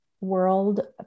world